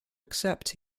accept